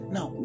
Now